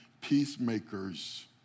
peacemakers